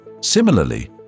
Similarly